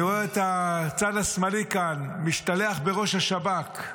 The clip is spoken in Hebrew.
אני רואה את הצד השמאלי כאן משתלח בראש השב"כ,